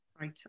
Right